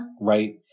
Right